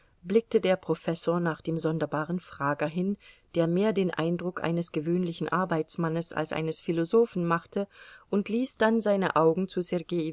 blickte der professor nach dem sonderbaren frager hin der mehr den eindruck eines gewöhnlichen arbeitsmannes als eines philosophen machte und ließ dann seine augen zu